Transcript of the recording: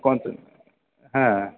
কতো হ্যাঁ